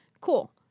cool